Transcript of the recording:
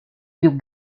più